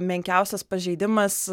menkiausias pažeidimas